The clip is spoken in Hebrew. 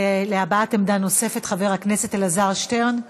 להבעת עמדה נוספת, חבר הכנסת אלעזר שטרן,